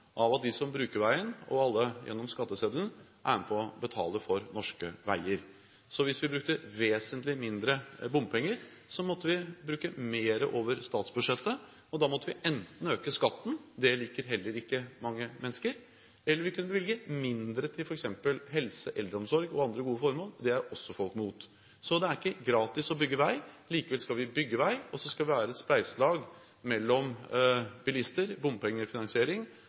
De som bruker veien, og alle gjennom skatteseddelen er med på å betale for norske veier. Så hvis vi brukte vesentlig mindre bompenger, måtte vi bruke mer over statsbudsjettet. Da måtte vi enten øke skatten – det liker heller ikke mange mennesker – eller vi kunne bevilge mindre f.eks. til helse, eldreomsorg og andre gode formål, og det er også folk mot. Så det er ikke gratis å bygge vei. Likevel skal vi bygge vei, og så skal det være et spleiselag mellom bilister, bompengefinansiering